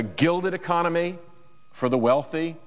a gilded economy for the wealthy